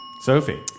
Sophie